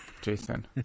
Jason